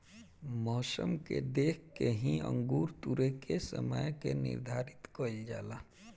मौसम के देख के ही अंगूर तुरेके के समय के निर्धारित कईल जाला